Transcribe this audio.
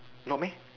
not meh